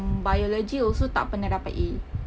biology also tak pernah dapat A